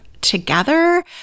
together